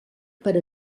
per